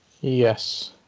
Yes